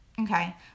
okay